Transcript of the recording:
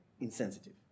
insensitive